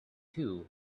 too